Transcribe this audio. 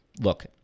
look